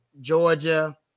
Georgia